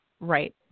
Right